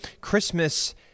Christmas